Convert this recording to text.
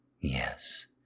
yes